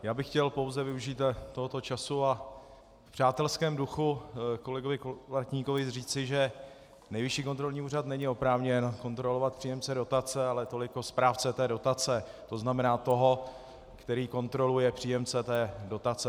Já bych chtěl pouze využít tohoto času a v přátelském duchu kolegovi Kolovratníkovi říci, že Nejvyšší kontrolní úřad není oprávněn kontrolovat příjemce dotace, ale toliko správce té dotace, tzn. toho, který kontroluje příjemce té dotace.